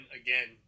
again